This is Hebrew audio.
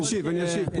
אני אשיב.